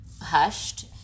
hushed